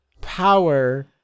power